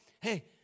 hey